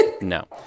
No